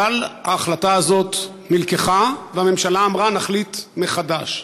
אבל ההחלטה הזאת נלקחה, והממשלה אמרה: נחליט מחדש.